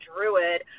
Druid